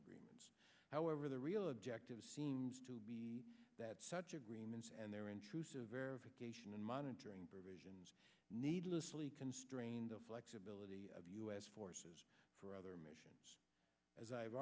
agreements however the real objective seems to be that such agreements and there are intrusive verification and monitoring provisions needlessly constrained of electability of u s forces for other missions as i've